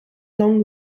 long